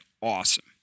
awesome